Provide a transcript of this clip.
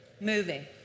moving